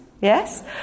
Yes